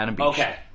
Okay